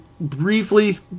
briefly